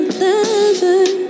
lover